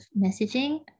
messaging